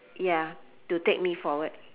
ya to take me forward